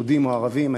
יהודים או ערבים,